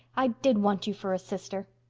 i did want you for a sister.